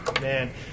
man